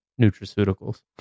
nutraceuticals